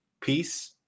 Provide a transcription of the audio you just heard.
Peace